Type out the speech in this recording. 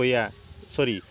papaya sorry